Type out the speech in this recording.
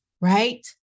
right